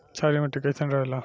क्षारीय मिट्टी कईसन रहेला?